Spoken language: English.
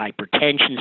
hypertension